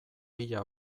pila